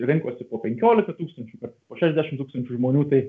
rinkosi po penkiolika tūkstančių per šešdešim tūkstančių žmonių tai